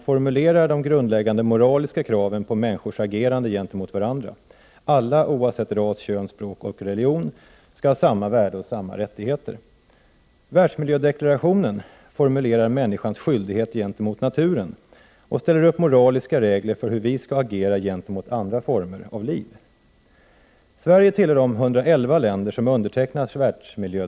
Dessa uttalanden är värda respekt, och jag hoppas att regeringen fortsätter att ta ställning för grupper och individer som mot nationella lagar arbetar i FN-deklarationens anda. FN:s världsmiljödeklaration är på miljöns och naturens område en motsvarighet till deklarationen om de mänskliga rättigheterna.